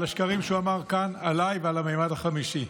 השקרים שהוא אמר כאן עליי ועל המימד החמישי.